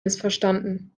missverstanden